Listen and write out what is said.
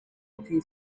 looking